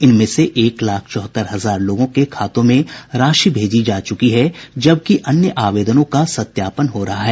इनमें से एक लाख चौहत्तर हजार लोगों के खाते में राशि भेजी जा चुकी है जबकि अन्य आवेदनों का सत्यापन हो रहा है